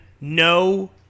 no